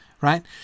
right